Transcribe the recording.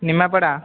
Nimapada